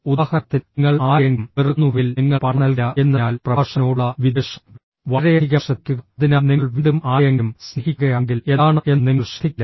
ഉദാഹരണത്തിന് നിങ്ങൾ ആരെയെങ്കിലും വെറുക്കുന്നുവെങ്കിൽ നിങ്ങൾ പണം നൽകില്ല എന്നതിനാൽ പ്രഭാഷകനോടുള്ള വിദ്വേഷം വളരെയധികം ശ്രദ്ധിക്കുക അതിനാൽ നിങ്ങൾ വീണ്ടും ആരെയെങ്കിലും സ്നേഹിക്കുകയാണെങ്കിൽ എന്താണ് എന്ന് നിങ്ങൾ ശ്രദ്ധിക്കില്ല